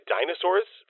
Dinosaurs